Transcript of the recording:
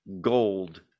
gold